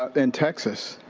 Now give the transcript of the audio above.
ah in texas,